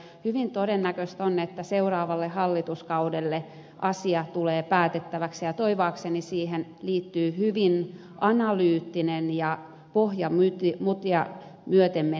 hyvin todennäköistä on että seuraavalle hallituskaudelle asia tulee päätettäväksi ja toivoakseni siihen liittyy hyvin analyyttinen ja pohjamutia myöten menevä valmistelutyö